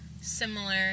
similar